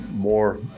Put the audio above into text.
More